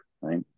right